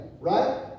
right